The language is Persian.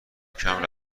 کمپ